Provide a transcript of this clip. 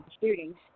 shootings